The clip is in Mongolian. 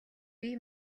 бие